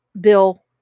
Bill